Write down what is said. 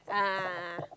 a'ah a'ah